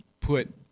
put